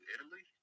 Italy